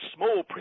Smallprint